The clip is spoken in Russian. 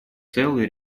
целый